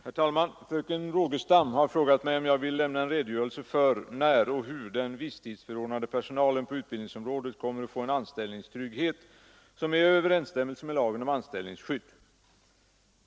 Herr talman! Fröken Rogestam har frågat mig om jag vill lämna en redogörelse för när och hur den visstidsförordnade personalen på utbildningsområdet kommer att få en anställningstrygghet som är i överensstämmelse med lagen om anställningsskydd.